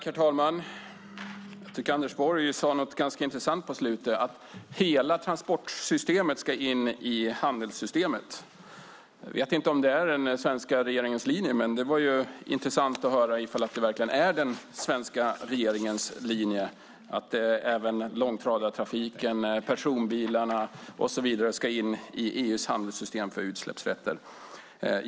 Herr talman! Jag tycker att Anders Borg sade någonting ganska intressant på slutet: att hela transportsystemet ska in i handelssystemet. Jag vet inte om det är en den svenska regeringens linje, men det vore intressant att höra om det verkligen är den svenska regeringens linje att även långtradartrafiken, personbilarna och så vidare ska in i EU:s handelssystem för utsläppsrätter.